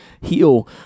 heal